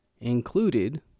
included